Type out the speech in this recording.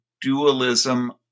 dualism